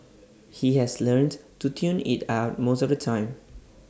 he has learnt to tune IT out most of the time